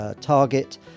target